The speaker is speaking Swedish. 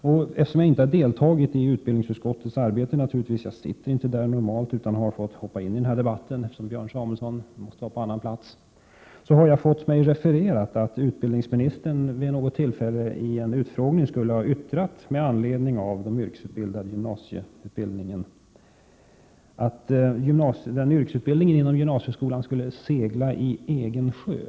Normalt sitter jag inte i utbildningsutskottet och deltar naturligtvis inte i dess arbete — jag har fått hoppa in i den här debatten i stället för Björn Samuelson, eftersom han måste vara på annan plats —, men jag har fått mig refererat att utbildningsministern vid något tillfälle under en utfrågning skulle ha yttrat att yrkesutbildningen inom gymnasieskolan skulle segla i egen sjö.